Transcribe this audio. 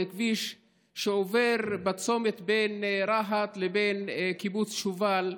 זה כביש שעובר בצומת בין רהט לבין קיבוץ שובל,